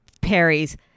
Perry's